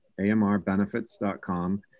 amrbenefits.com